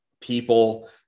people